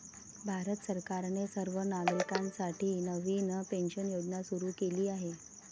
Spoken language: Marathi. भारत सरकारने सर्व नागरिकांसाठी नवीन पेन्शन योजना सुरू केली आहे